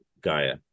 Gaia